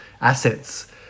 assets